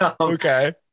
Okay